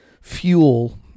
fuel